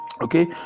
Okay